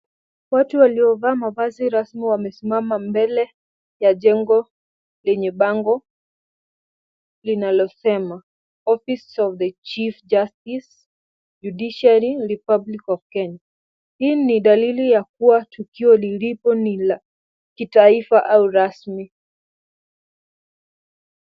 Watu waliovaa mavazi rasmi wamesimama mbele ya jengo lenye bango linalosema Office of the Chief justice Judiciary Republic of Kenya . Hii ni dalili ya kuwa tukio lilipo ni la kitaifa au ramsi.